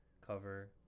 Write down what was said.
cover